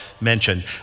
mentioned